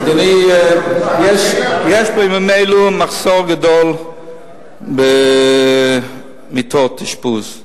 אדוני, יש בימים אלו מחסור גדול במיטות אשפוז.